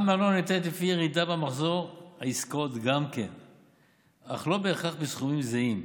בארנונה ניתנת לפי ירידה במחזור העסקאות אך לא בהכרח בסכומים זהים,